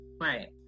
Right